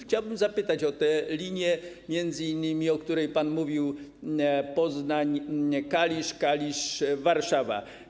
Chciałbym zapytać o te linie, m.in. o tę, o której pan mówił, Poznań - Kalisz, Kalisz - Warszawa.